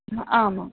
हा आमाम्